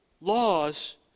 laws